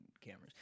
cameras